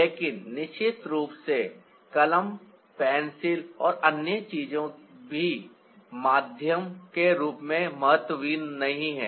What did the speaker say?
लेकिन निश्चित रूप से कलम पेंसिल और अन्य चीजें भी माध्यम के रूप में महत्वहीन नहीं हैं